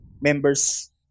members